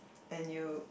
and you